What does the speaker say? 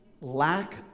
Lack